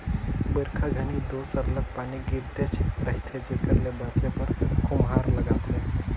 बरिखा घनी दो सरलग पानी गिरतेच रहथे जेकर ले बाचे बर खोम्हरा लागथे